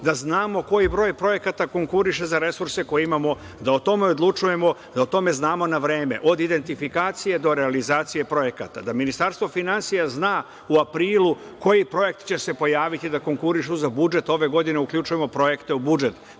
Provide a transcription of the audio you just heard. da znamo koji broj projekata konkuriše za resurse koje imamo, da o tome odlučujemo, da o tome znamo na vreme, od identifikacije do realizacije projekata, da Ministarstvo finansija zna u aprilu koji projekat će se pojaviti da konkuriše za budžet. Ove godine uključujemo projekte u budžet.